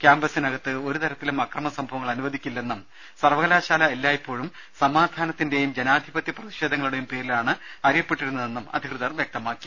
കൃാമ്പസിനകത്ത് ഒരു തരത്തിലും അക്ര മസംഭവങ്ങൾ അനുവദിക്കില്ലെന്നും സർവകലാശാല എല്ലായ്പോഴും സമാ ധാനത്തിന്റെയും ജനാധിപത്യ പ്രതിഷേധങ്ങളുടെയും പേരിലാണ് അറിയ പ്പെട്ടിരുന്നതെന്നും അധികൃതർ വൃക്തമാക്കി